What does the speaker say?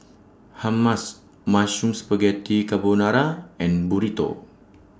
Hummus Mushroom Spaghetti Carbonara and Burrito